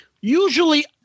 Usually